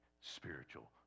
spiritual